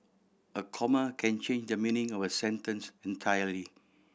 a comma can change the meaning of a sentence entirely